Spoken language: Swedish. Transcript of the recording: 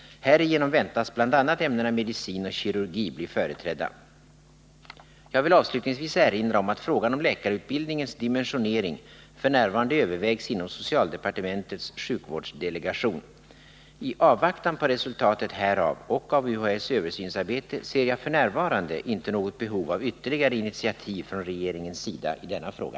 Härigenom väntas bl.a. ämnena medicin och kirurgi bli företrädda. Jag vill avslutningsvis erinra om att frågan om läkarutbildningens dimensionering f. n. övervägs inom socialdepartementets sjukvårdsdelegation. I avvaktan på resultatet härav och av UHÄ:s översynsarbete ser jag f. n. inte något behov av ytterligare initiativ från regeringens sida i denna fråga.